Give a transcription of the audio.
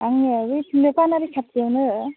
आंङो बैखिनि पानारि खाथियावनो